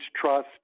trust